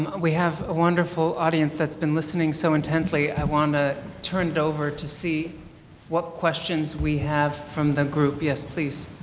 we have a wonderful audience that's been listening so intently. i wanted to turn it over to see what questions we had from the group, yes please.